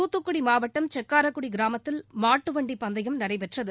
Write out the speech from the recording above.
தூத்துக்குடி மாவட்டம் செக்காரக்குடி கிராமத்தில் மாட்டுமண்டி பந்தயம் நடைபெற்றது